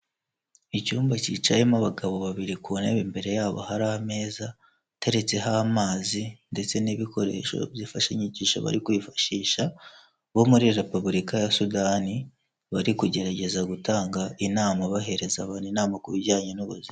Icyumba cyicayemo abagabo babiri, ku ntebe imbere yabo hari ameza ataretseho amazi ndetse n'ibikoresho by'ifashanyigisho bari kwifashisha bo muri repubulika ya Sudani bari kugerageza gutanga inama bahereza abantu inama ku bijyanye n'ubuzima.